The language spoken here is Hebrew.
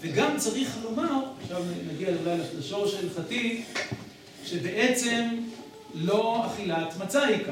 ‫וגם צריך לומר, ‫עכשיו נגיע אולי לשורש ההלכתי, ‫שבעצם לא אכילת מצה היא ככה.